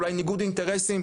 אולי ניגוד אינטרסים,